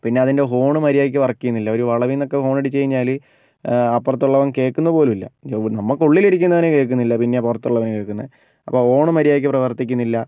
പിന്നെ അതിൻ്റെ ഹോൺ മര്യാദയ്ക്ക് വർക്ക് ചെയ്യുന്നില്ല വളവിൽ നിന്നൊക്കെ ഹോൺ അടിച്ചുകഴിഞ്ഞാൽ അപ്പുറത്തുള്ളവൻ കേൾക്കുന്നത് പോലുമില്ല എവിടുന്ന് നമുക്ക് ഉള്ളിലിരിക്കുന്നവന് കേൾക്കുന്നില്ല പിന്നെയാണ് പുറത്തുള്ളവന് കേൾക്കുന്നത് അപ്പോൾ ഹോൺ മര്യാദയ്ക്ക് പ്രവർത്തിക്കുന്നില്ല